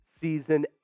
season